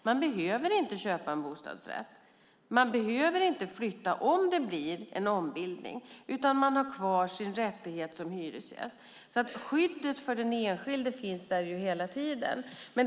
Man behöver inte köpa en bostadsrätt. Man behöver inte flytta om det blir en ombildning utan man har kvar sin rättighet som hyresgäst. Skyddet för den enskilde finns hela tiden.